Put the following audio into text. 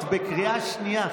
את בקריאה שנייה,